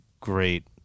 great